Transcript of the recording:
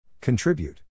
Contribute